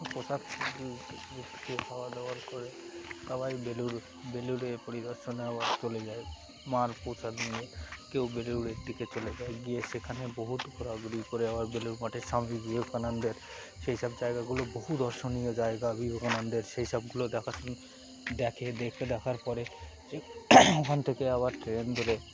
প্রসাদ খাওয়া দাওয়ার করে সবাই বেলুড় বেলুড়ে পরিদর্শনে আবার চলে যায় মার পোশাদ নিয়ে কেউ বেলুড়ের দিকে চলে যায় গিয়ে সেখানে বহুত ঘোরাঘুরি করে আবার বেলুড় মাঠে স্বামী বিবেকানন্দের সেই সব জায়গাগুলো বহু দর্শনীয় জায়গা বিবেকানন্দের সেই সবগুলো দেখাশুন দেখে দেখে দেখার পরে ওখান থেকে আবার ট্রেন ধরে